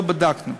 שלא בדקנו.